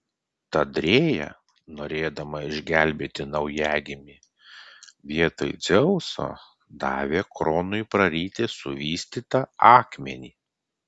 tad rėja norėdama išgelbėti naujagimį vietoj dzeuso davė kronui praryti suvystytą akmenį